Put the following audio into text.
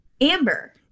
Amber